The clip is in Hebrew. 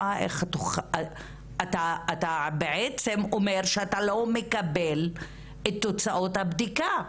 אתה בעצם אומר שאתה לא מקבל את תוצאות הבדיקה.